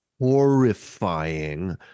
horrifying